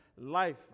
life